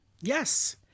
Yes